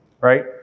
right